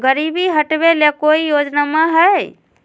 गरीबी हटबे ले कोई योजनामा हय?